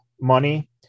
money